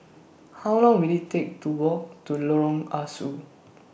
How Long Will IT Take to Walk to Lorong Ah Soo